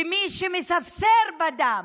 ומי שמספסר בדם,